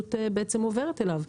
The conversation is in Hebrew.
שהאנושות עוברת אליו,